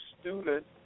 student